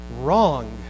wrong